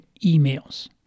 emails